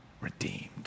redeemed